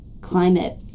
climate